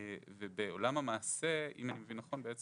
ובעולם המעשה אם אני מבין נכון,